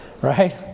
right